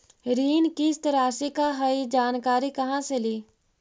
ऋण किस्त रासि का हई जानकारी कहाँ से ली?